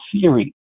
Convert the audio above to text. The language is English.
Theory